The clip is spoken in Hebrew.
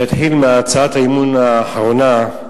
נתחיל מהצעת האי-אמון האחרונה,